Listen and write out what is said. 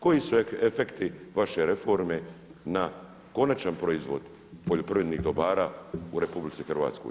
Koji su efekti vaše reforme na konačan proizvod poljoprivrednih dobara u RH?